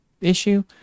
issue